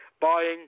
buying